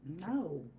No